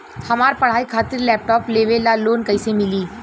हमार पढ़ाई खातिर लैपटाप लेवे ला लोन कैसे मिली?